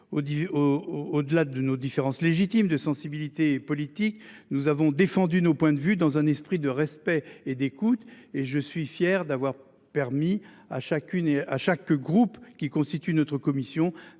au-delà de nos différences légitimes de sensibilités politiques, nous avons défendu nos points de vue dans un esprit de respect et d'écoute et je suis fier d'avoir permis à chacune et à chaque groupe qui constitue notre commission